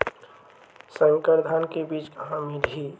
संकर धान के बीज कहां मिलही?